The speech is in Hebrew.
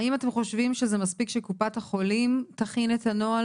האם אתם חושבים שזה מספיק שקופת החולים תכין את הנוהל